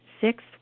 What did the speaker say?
Six